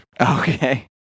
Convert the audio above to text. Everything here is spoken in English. Okay